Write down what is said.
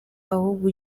ahubwo